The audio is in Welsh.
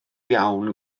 iawn